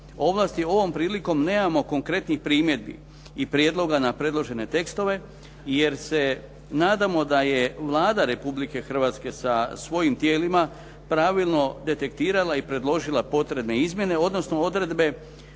ovlasti. Ovom prilikom nemamo konkretnih primjedbi i prijedloga na predložene tekstove, jer se nadamo da je Vlada Republike Hrvatske sa svojim tijelima pravilno detektirala i predložila potrebne izmjene, odnosno odredbe